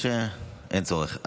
אין צורך.